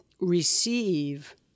receive